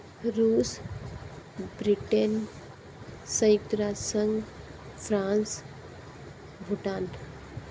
रूस ब्रिटेन संयुक्त राज्य संघ फ्रांस भूटान